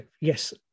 Yes